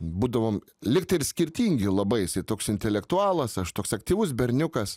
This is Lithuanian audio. būdavom lygtai ir skirtingi labai jisai toks intelektualas aš toks aktyvus berniukas